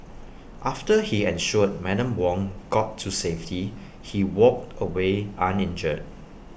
after he ensured Madam Wong got to safety he walked away uninjured